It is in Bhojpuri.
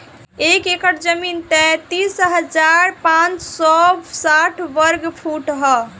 एक एकड़ जमीन तैंतालीस हजार पांच सौ साठ वर्ग फुट ह